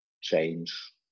change